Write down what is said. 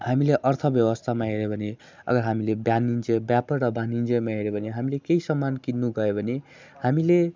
हामीले अर्थ व्यवस्थामा हेऱ्यो भने अगर हामीले वाणिज्य व्यापार र वाणिज्यमा हेऱ्यो भने हामीले केही सामान किन्नु गयो भने हामीले